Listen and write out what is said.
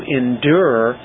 endure